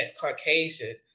Caucasian